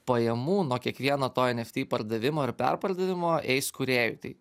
pajamų nuo kiekvieno to eftpardavimo ar perpardavimo eis kūrėjui tai